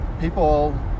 people